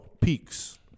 Peaks